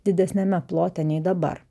didesniame plote nei dabar